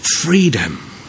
freedom